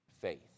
faith